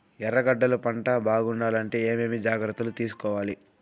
ఎర్రగడ్డలు పంట బాగుండాలంటే ఏమేమి జాగ్రత్తలు తీసుకొవాలి?